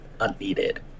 unneeded